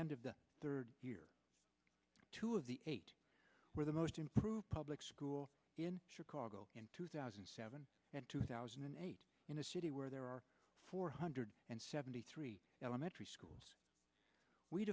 end of the third year two of the eight where the most improved public school in chicago in two thousand and seven and two thousand and eight in a city where there are four hundred and seventy three elementary schools we